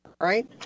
right